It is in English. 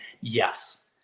yes